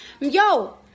Yo